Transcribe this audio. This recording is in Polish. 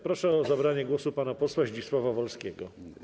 Proszę o zabranie głosu pana posła Zdzisława Wolskiego.